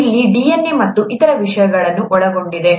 ಇಲ್ಲಿ DNA ಮತ್ತು ಇತರ ವಿಷಯಗಳನ್ನು ಒಳಗೊಂಡಿದೆ